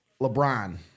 LeBron